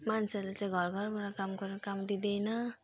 मान्छेहरूले चाहिँ घरघरबाट काम गर्यो काम दिँदैन